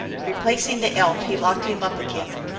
replacing the elf, he locked him up again,